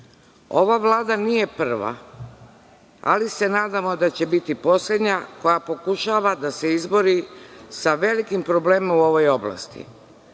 Vlada nije prva, ali se nadamo da će biti poslednja koja pokušava da se izbori sa velikim problemom u ovoj oblasti.